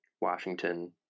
Washington